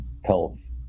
health